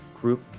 group